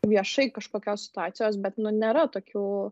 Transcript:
viešai kažkokios situacijos bet nu nėra tokių